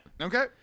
Okay